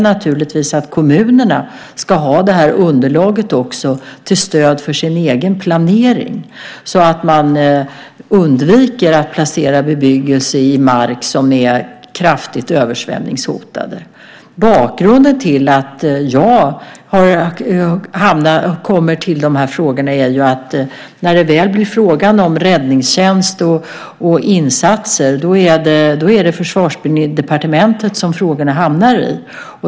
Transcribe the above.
Naturligtvis ska också kommunerna ha underlaget till stöd för sin egen planering, så att man undviker att placera bebyggelse i mark som är kraftigt översvämningshotad. Bakgrunden till att jag har hand om de här frågorna är att när det väl blir fråga om räddningstjänst och insatser är det i Försvarsdepartementet som frågorna hamnar.